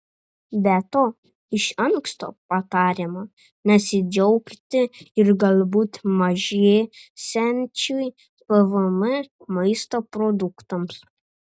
be to iš anksto patariama nesidžiaugti ir galbūt mažėsiančiu pvm maisto produktams